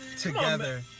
together